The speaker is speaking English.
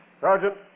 Sergeant